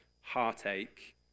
heartache